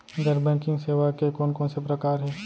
गैर बैंकिंग सेवा के कोन कोन से प्रकार हे?